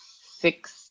six